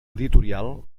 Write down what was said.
editorial